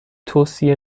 توصیه